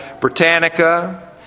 Britannica